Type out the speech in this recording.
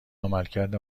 عملکرد